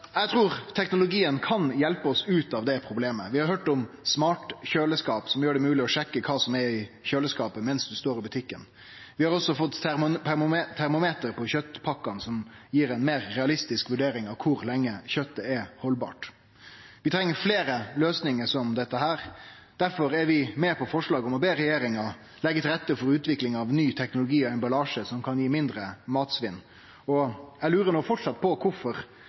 Eg trur teknologien kan hjelpe oss ut av det problemet. Vi har høyrt om smartkjøleskåp, som gjer det mogleg å sjekke kva som er i kjøleskåpet medan ein står i butikken. Vi har også fått termometer på kjøtpakkane, som gir ei meir realistisk vurdering av kor lenge kjøtet er haldbart. Vi treng fleire løysingar som dette. Difor er vi med på forslaget om å be regjeringa «legge til rette for utvikling av ny teknologi og emballasje som kan bidra til å redusere matsvinn». Eg lurer framleis på kvifor regjeringspartia, Arbeidarpartiet og Venstre ikkje vil vere med på